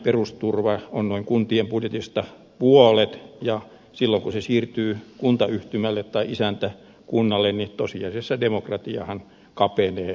perusturva on kuntien budjetista noin puolet ja silloin kun se siirtyy kuntayhtymälle tai isäntäkunnalle niin tosiasiassa demokratiahan kapenee huomattavasti